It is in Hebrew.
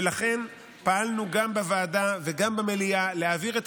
ולכן פעלנו גם בוועדה וגם במליאה להעביר את